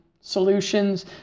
solutions